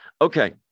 Okay